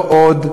לא עוד.